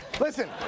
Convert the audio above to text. Listen